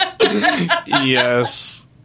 Yes